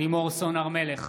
לימור סון הר מלך,